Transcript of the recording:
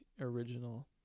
original